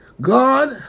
God